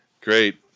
great